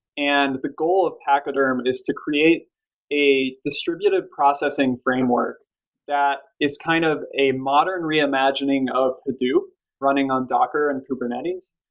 and the goal of pachyderm is to create a distributive processing framework that is kind of a modern reimagining of hadoop running on docker and kubernetes,